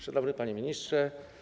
Szanowny Panie Ministrze!